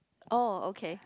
oh okay